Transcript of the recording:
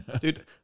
Dude